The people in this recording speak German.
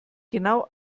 genau